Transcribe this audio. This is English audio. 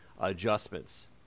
adjustments